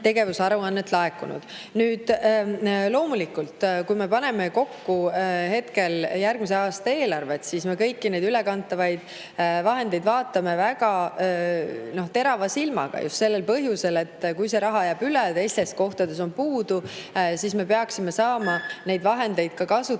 Loomulikult, kui me paneme kokku järgmise aasta eelarvet, siis me kõiki neid ülekantavaid vahendeid vaatame väga terava silmaga just sellel põhjusel, et kui see raha jääb üle ja teistes kohtades on puudu, siis me peaksime saama neid vahendeid kasutada